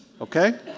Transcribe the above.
okay